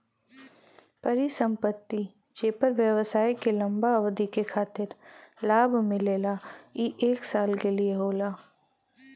परिसंपत्ति जेपर व्यवसाय के लंबा अवधि के खातिर लाभ मिलला ई एक साल के लिये होला